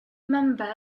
member